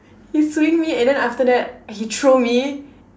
he swing me and then after that he throw me